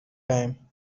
time